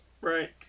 right